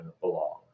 belong